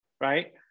right